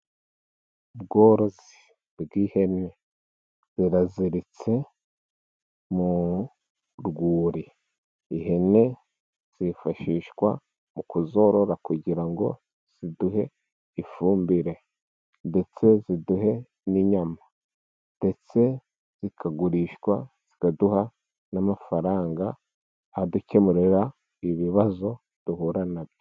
Ubworozi bw'ihene, ziraziritse mu rwuri. Ihene zifashishwa mu kuzorora kugira ngo ziduhe ifumbire, ndetse ziduhe n'inyama, ndetse zikagurishwa zikaduha n'amafaranga adukemurira ibibazo duhura nabyo.